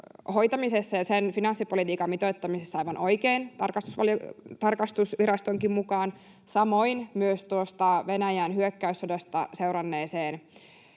hoitamisessa ja sen finanssipolitiikan mitoittamisessa aivan oikein tarkastusvirastonkin mukaan, samoin myös tuosta Venäjän hyökkäyssodasta seuranneeseen